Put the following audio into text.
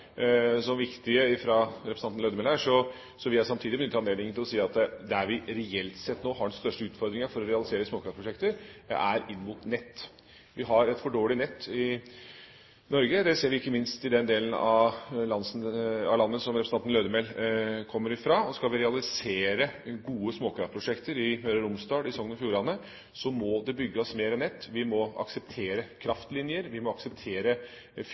som viktige fra representanten Lødemel, vil jeg samtidig benytte anledningen til å si at der vi reelt sett nå har den største utfordringen for å realisere småkraftprosjekter, er inn mot nett. Vi har et for dårlig nett i Norge. Det ser vi ikke minst i den delen av landet som representanten Lødemel kommer fra. Og skal vi realisere gode småkraftprosjekter i Møre og Romsdal og i Sogn og Fjordane, må det bygges mer nett. Vi må akseptere kraftlinjer. Vi må akseptere